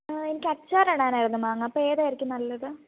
എനിക്ക് അച്ചാർ ഇടാനായിരുന്നു മാങ്ങ അപ്പോൾ ഏതായിരിക്കും നല്ലത്